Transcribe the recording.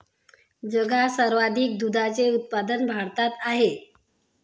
जगात सर्वाधिक दुधाचे उत्पादन भारतात आहे